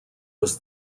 was